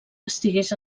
estigués